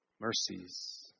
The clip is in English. mercies